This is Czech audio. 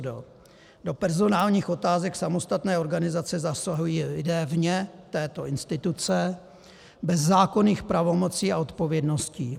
Do personálních otázek samostatné organizace zasahují lidé vně této instituce bez zákonných pravomocí a odpovědností.